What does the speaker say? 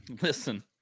Listen